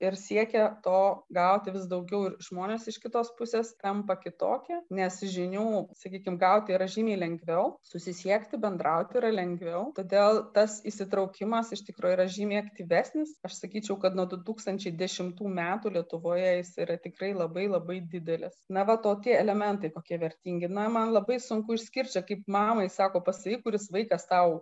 ir siekia to gauti vis daugiau ir žmonės iš kitos pusės tampa kitokie nes žinių sakykime gauti yra žymiai lengviau susisiekti bendrauti yra lengviau todėl tas įsitraukimas iš tikrųjų yra žymiai aktyvesnis aš sakyčiau kad nuo du tūkstančiai dešimtų metų lietuvoje jis yra tikrai labai labai didelis na va tokie elementai kokie vertingi na man labai sunku išskirti kaip mamai sako pasakyti kuris vaikas tau